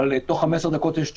אבל תוך 15 דקות יש תשובה.